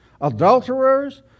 adulterers